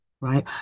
right